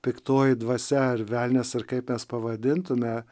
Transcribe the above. piktoji dvasia ar velnias ar kaip mes pavadintume